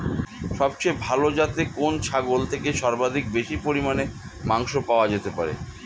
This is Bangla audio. সবচেয়ে ভালো যাতে কোন ছাগল থেকে সর্বাধিক বেশি পরিমাণে মাংস পাওয়া যেতে পারে?